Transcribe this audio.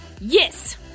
Yes